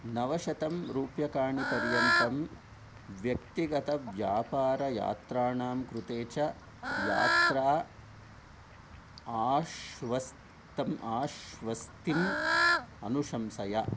नवशतं रूप्यकाणिपर्यन्तं व्यक्तिगतव्यापारयात्राणां कृते च यात्रा आश्वस्तिम् अनुशंसय